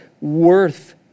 worth